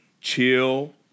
chill